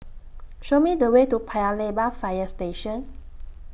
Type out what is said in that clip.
Show Me The Way to Paya Lebar Fire Station